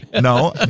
No